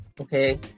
Okay